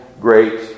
great